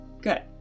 Good